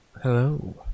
Hello